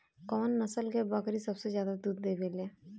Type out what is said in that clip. कउन नस्ल के बकरी सबसे ज्यादा दूध देवे लें?